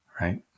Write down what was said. right